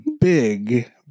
big